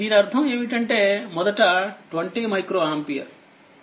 దీనర్థం ఏమిటంటేమొదట 20మైక్రో ఆంపియర్